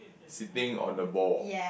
sitting on the ball